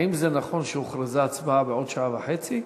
האם זה נכון שהוכרזה הצבעה בעוד שעה וחצי?